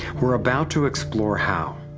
we are about to explore how.